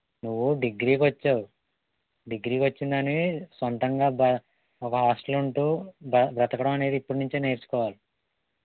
నువ్వు డిగ్రీకి వచ్చావు డిగ్రీకి వచ్చిన దానివి సొంతంగా బ ఒక హాస్టల్లో ఉంటూ బ బతకడం అనేది ఇప్పటి నుంచే నేర్చుకోవాలి